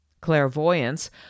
Clairvoyance